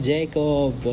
Jacob